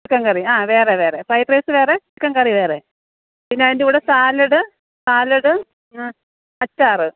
chicken curry ആ വേറെ വേറെ ഫ്രൈഡ് റൈസ് വേറെ ചിക്കൻ കറി വേറെ പിന്നെ അതിൻ്റെ കൂടെ സാലഡ് സാലഡ് അച്ചാറ്